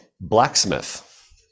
Blacksmith